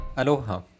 Aloha